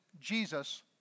Jesus